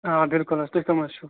آ بِلکُل حظ تُہۍ کٕم حظ چِھو